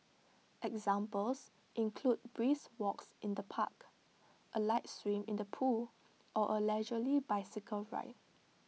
examples include brisk walks in the park A light swim in the pool or A leisurely bicycle ride